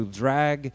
drag